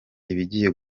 ibigiye